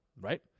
right